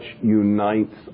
unites